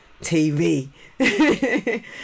TV